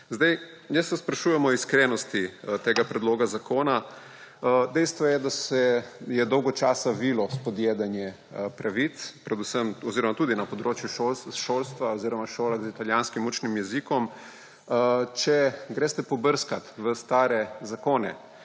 Jaz se sprašujem o iskrenosti tega predloga zakona. Dejstvo je, da se je dolgo časa vilo spodjedanje pravic tudi na področju šolstva oziroma v šolah z italijanskim učnim jezikom. Če pobrskate v stare zakone,